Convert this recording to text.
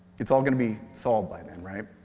it's all going to be solved by them, right?